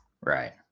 Right